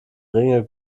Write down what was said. ringe